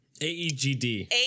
A-E-G-D